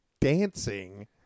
dancing